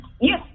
Yes